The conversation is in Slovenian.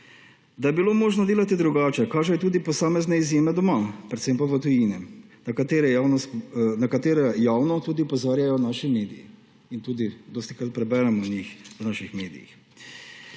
Da je bilo možno delati drugače, kažejo tudi posamezne izjeme doma, predvsem pa v tujini, na katere javno opozarjajo naši mediji in tudi dostikrat preberemo o njih v naših medijih.